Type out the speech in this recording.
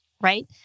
right